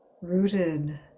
rooted